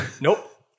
Nope